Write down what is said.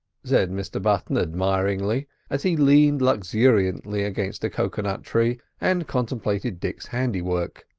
said mr button admiringly, as he leaned luxuriously against a cocoa-nut tree, and contemplated dick's handiwork.